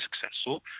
successful